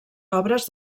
obres